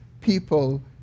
people